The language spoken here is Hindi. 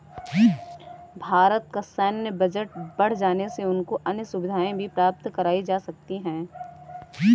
भारत का सैन्य बजट बढ़ जाने से उनको अन्य सुविधाएं भी प्राप्त कराई जा सकती हैं